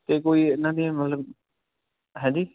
ਅਤੇ ਕੋਈ ਇਹਨਾਂ ਦੀਆਂ ਮਤਲਬ ਹੈਂਜੀ